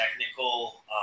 technical